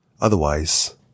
Otherwise